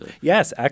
Yes